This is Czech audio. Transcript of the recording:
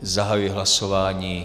Zahajuji hlasování.